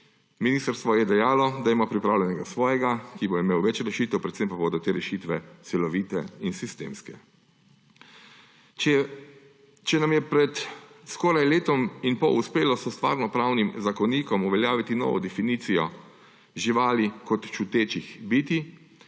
ministrstvo je dejalo, da ima pripravljenega svojega, ki bo imel več rešitev, predvsem pa bodo te rešitve celovite in sistemske. Če nam je pred skoraj letom in pol uspelo s Stvarnopravnim zakonikom uveljaviti novo definicijo živali kot čutečih bitij,